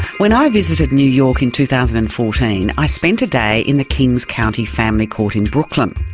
when i visited new york in two thousand and fourteen, i spent a day in the king's county family court in brooklyn.